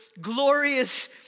glorious